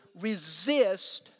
resist